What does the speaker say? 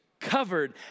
covered